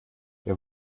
wir